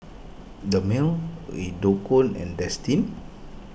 Dermale and destine